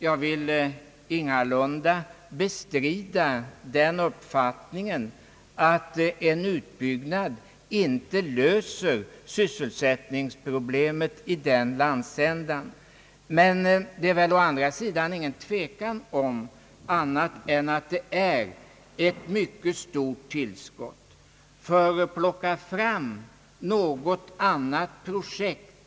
Jag vill ingalunda bestrida uppfattningen att en utbyggnad inte löser sysselsättningsproblemet i den landsända det gäller. Å andra sidan är det väl ingen tvekan om att Vindelälvens utbyggnad är ett mycket stort projekt.